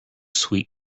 sweet